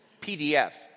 PDF